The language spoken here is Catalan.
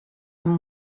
amb